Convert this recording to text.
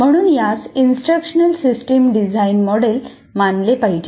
म्हणून यास instructional system design model मानले पाहिजे